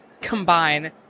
combine